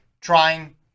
trying –